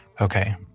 Okay